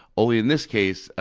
only in this case, ah